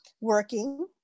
working